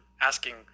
asking